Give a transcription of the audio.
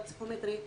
בפסיכומטרי,